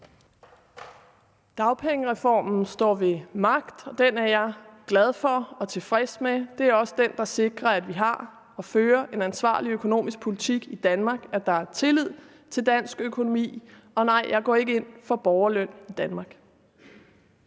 Dagpengereformen står ved magt, og den er jeg glad for og tilfreds med. Det er også den, der sikrer, at vi har og fører en ansvarlig økonomisk politik i Danmark, og at der er tillid til dansk økonomi. Og nej, jeg går ikke ind for borgerløn i Danmark.